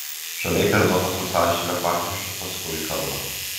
žaliai karūnuoto sausašilio pakraščiu pasukau į kalvą